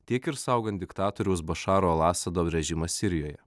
tiek ir saugant diktatoriaus bašaro al asado režimą sirijoje